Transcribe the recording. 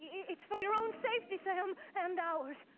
it's for your own safety, sam. and ours.